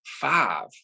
five